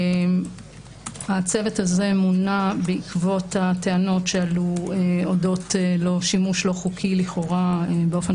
הצוות הזה מונה בעקבות הטענות שעלו אודות שימוש לא-חוקי לכאורה באופן